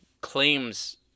claims